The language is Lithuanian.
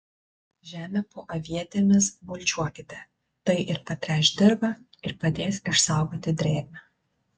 žemę po avietėmis mulčiuokite tai ir patręš dirvą ir padės išsaugoti drėgmę